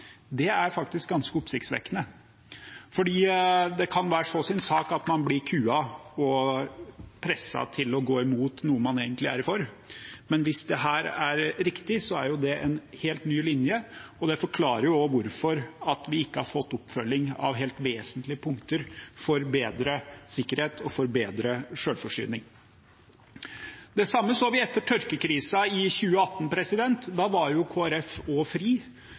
Det er faktisk ganske oppsiktsvekkende, for det kan være så sin sak at man blir kuet og presset til å gå imot noe man egentlig er for, men hvis dette er riktig, er jo det en helt ny linje, og det forklarer også hvorfor vi ikke har fått oppfølging av helt vesentlige punkter for bedre sikkerhet og for bedre selvforsyning. Det samme så vi etter tørkekrisen i 2018. Da var Kristelig Folkeparti også fri